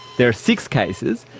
there are six cases,